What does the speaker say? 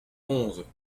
onze